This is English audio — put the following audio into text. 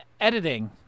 Editing